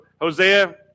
Hosea